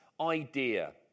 idea